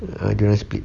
ah dia orang split